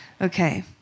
Okay